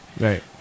Right